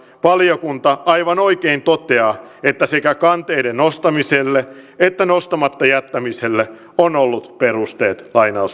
valiokunta aivan oikein toteaa että sekä kanteiden nostamiselle että nostamatta jättämiselle on ollut perusteet